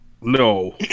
No